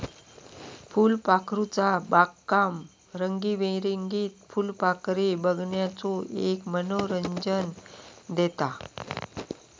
फुलपाखरूचा बागकाम रंगीबेरंगीत फुलपाखरे बघण्याचो एक मनोरंजन देता